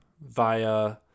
via